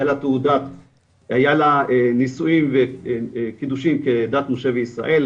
היה לה תעודה נישואין וקידושין כדת משה וישראל,